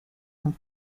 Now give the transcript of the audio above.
and